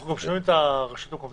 אנחנו שומעים את הרשויות המקומיות?